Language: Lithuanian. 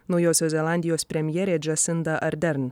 naujosios zelandijos premjerė džasinda ardern